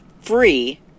free